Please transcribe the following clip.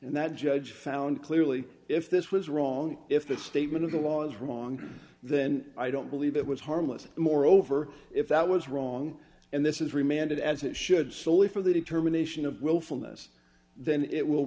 and that judge found clearly if this was wrong if the statement of the law is wrong then i don't believe it was harmless and moreover if that was wrong and this is remanded as it should solely for the determination of willfulness then it will